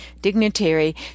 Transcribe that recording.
dignitary